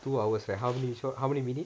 two hours how many shots how many minute